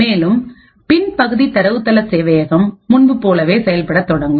மேலும் பின்பகுதி தரவுத்தள சேவையகம் முன்புபோலவே செயல்படத் தொடங்கும்